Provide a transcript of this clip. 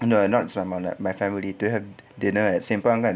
no not my family dinner at simpang kan